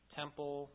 temple